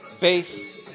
base